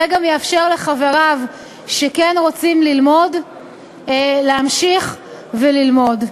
זה גם יאפשר לחבריו שכן רוצים ללמוד להמשיך וללמוד.